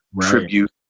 tribute